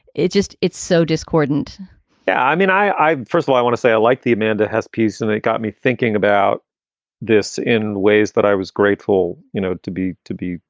it just it's so discordant yeah i mean, i first of all, i want to say i like the amanda hess piece. and it got me thinking about this in ways that i was grateful you know to be to be,